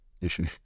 issue